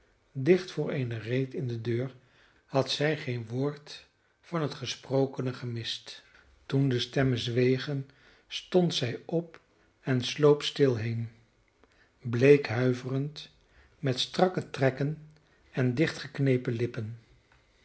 dicht voor eene reet in de deur had zij geen woord van het gesprokene gemist toen de stemmen zwegen stond zij op en sloop stil heen bleek huiverend met strakke trekken en dichtgeknepen lippen